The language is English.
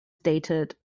stated